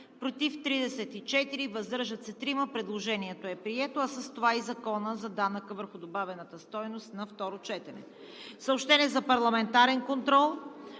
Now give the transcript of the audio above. против 34, въздържали се 3. Предложението е прието, а с това и Законът за данъка върху добавената стойност на второ четене. Съобщения за парламентарен контрол